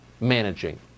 managing